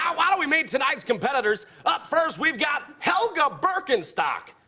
ah why don't we meet tonight's competitors? up first, we've got helga birkenstock.